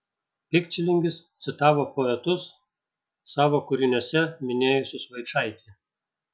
pikčilingis citavo poetus savo kūriniuose minėjusius vaičaitį